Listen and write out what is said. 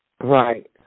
Right